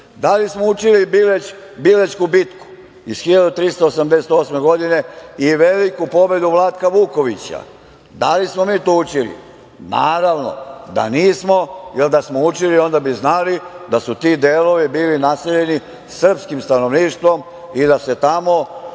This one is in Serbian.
li smo učili Bilećku bitku iz 1388. godine i veliku pobedu Vlatka Vukovića? Da li smo mi to učili? Naravno da nismo jer da smo učili onda bi znali da su ti delovi bili naseljeni srpskim stanovništvom i da se tamo